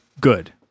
good